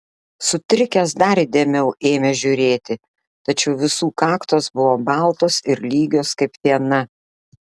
sutrikęs dar įdėmiau ėmė žiūrėti tačiau visų kaktos buvo baltos ir lygios kaip viena